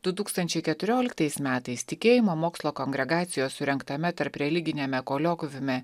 du tūkstančiai keturioliktais metais tikėjimo mokslo kongregacijos surengtame tarpreliginiame koliokviume